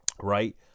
right